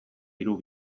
hiru